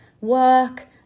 work